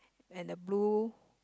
and the blue